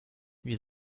wir